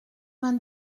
vingt